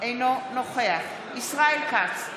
אינו נוכח ישראל כץ,